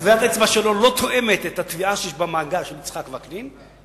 טביעת האצבע שלו לא תואמת את הטביעה של יצחק וקנין שישנה במאגר,